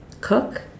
cook